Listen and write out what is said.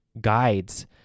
guides